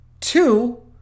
Two